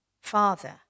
Father